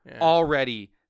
already